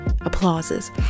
applauses